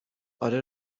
آره